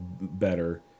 better